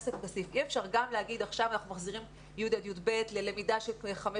אי אפשר גם להגיד עכשיו אנחנו מחזירים י' עד י"ב ללמידה של חמש